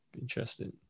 interesting